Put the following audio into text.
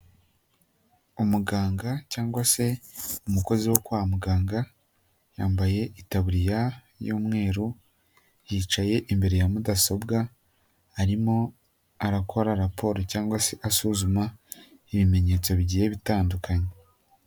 Umuganga cyangwa se umukozi wo kwa muganga, yambaye itaburiya y'umweru, yicaye imbere ya mudasobwa, arimo arakora raporo cyangwa se asuzuma ibimenyetso bigiye bitandukanye.